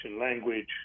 language